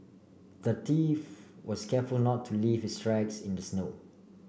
the thief was careful not to leave his tracks in the snow